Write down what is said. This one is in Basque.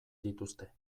dituzte